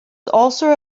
also